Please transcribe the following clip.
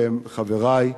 והם חברי,